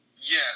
Yes